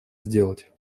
сделать